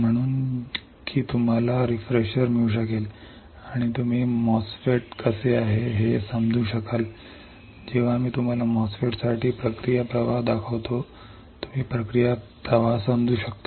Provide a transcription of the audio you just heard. म्हणून की तुम्हाला रिफ्रेशर मिळू शकेल आणि तुम्ही MOSFET कसे आहे हे समजू शकाल जेव्हा मी तुम्हाला MOSFET साठी प्रक्रिया प्रवाह दाखवतो तुम्ही प्रक्रिया प्रवाह समजू शकता